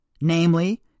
namely